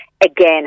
again